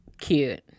Cute